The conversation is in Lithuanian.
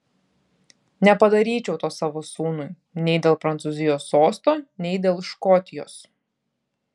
nepadaryčiau to savo sūnui nei dėl prancūzijos sosto nei dėl škotijos